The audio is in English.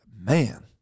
Man